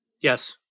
yes